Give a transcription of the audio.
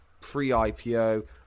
pre-IPO